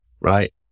right